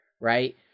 right